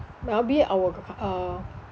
maybe our uh